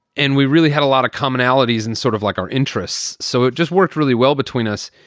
and we really had a lot of commonalities and sort of like our interests. so it just worked really well between us.